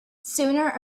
sooner